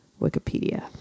Wikipedia